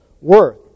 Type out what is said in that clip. worth